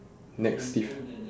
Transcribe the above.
next diff~